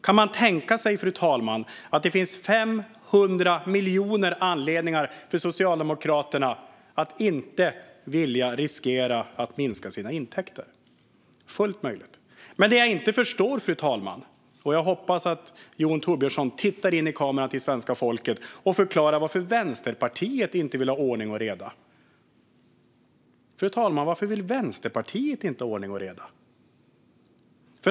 Kan man tänka sig, fru talman, att det finns 500 miljoner anledningar för Socialdemokraterna att inte vilja riskera att minska intäkterna? Det är fullt möjligt. Men det finns saker jag inte förstår, fru talman. Jag hoppas att Jon Thorbjörnson tittar in i kameran och förklarar för svenska folket varför Vänsterpartiet inte vill ha ordning och reda. Varför vill Vänsterpartiet inte ha ordning och reda?